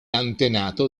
antenato